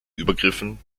übergriffen